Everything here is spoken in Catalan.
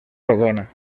rodona